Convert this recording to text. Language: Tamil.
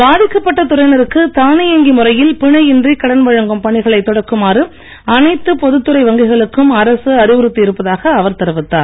பாதிக்கப்பட்ட துறையினருக்கு தானியங்கி முறையில் பிணையின்றி கடன் வழங்கும் பணிகளை தொடக்குமாறு அனைத்து பொதுத் துறை வங்கிகளுக்கும் அரசு அறிவுறுத்தியிருப்பதாக அவர் தெரிவித்தார்